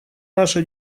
наша